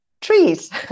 Trees